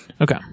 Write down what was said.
Okay